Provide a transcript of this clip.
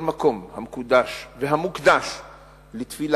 כל מקום המקודש והמוקדש לתפילה,